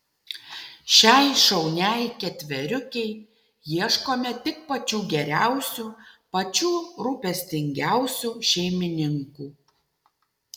šiai šauniai ketveriukei ieškome tik pačių geriausių pačių rūpestingiausių šeimininkų